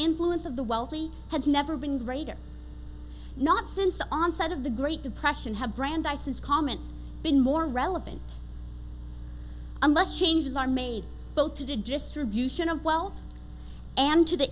influence of the wealthy has never been greater not since the onset of the great depression have brandeis his comments been more relevant unless changes are made both to distribution of wealth and to the